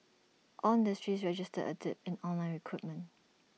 all industries registered A dip in online recruitment